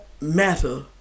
matter